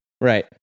Right